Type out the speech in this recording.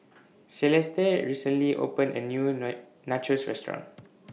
Celeste recently opened A New Nachos Restaurant